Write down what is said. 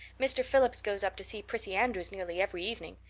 mr. phillips goes up to see prissy andrews nearly every evening.